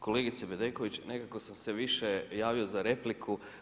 Kolegice Bedeković, nekako sam se više javio za repliku.